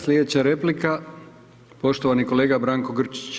Sljedeća replika poštovani kolega Branko Grčić.